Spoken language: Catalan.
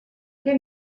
què